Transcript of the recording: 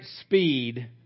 speed